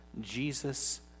Jesus